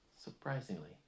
surprisingly